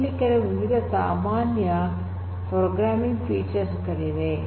ಇಲ್ಲಿ ಕೆಲವು ವಿವಿಧ ಸಾಮಾನ್ಯ ಪ್ರೋಗ್ರಾಮಿಂಗ್ ಫೀಚರ್ ಗಳಿವೆ